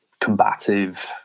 combative